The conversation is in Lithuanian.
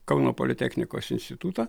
kauno politechnikos institutą